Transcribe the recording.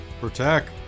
Protect